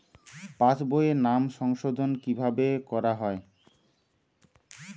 পাশ বইয়ে নাম সংশোধন কিভাবে করা হয়?